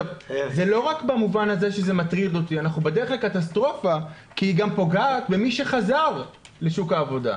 אנחנו בדרך לקטסטרופה כי היא גם פוגעת במי שחזר לעבודה.